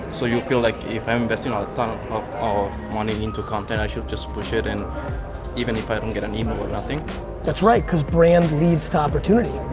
so you feel like if i invest you know a ton of money into content i should just push it and even if i don't get an email or nothing? that's right, cause brand leads to opportunity.